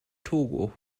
togo